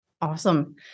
Awesome